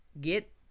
get